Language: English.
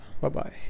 Bye-bye